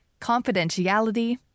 Confidentiality